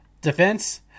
Defense